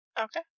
Okay